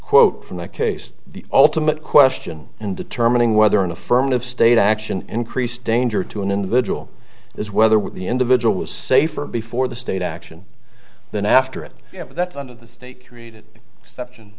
quote from the case the ultimate question in determining whether an affirmative state action increased danger to an individual is whether what the individual was safer before the state action than after it that's under the state created exception